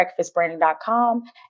breakfastbranding.com